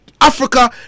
Africa